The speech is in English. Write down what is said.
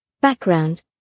Background